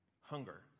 hunger